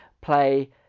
play